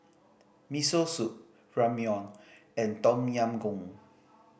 Miso Soup Ramyeon and Tom Yam Goong